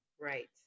right